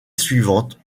suivante